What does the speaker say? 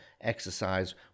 exercise